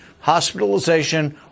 hospitalization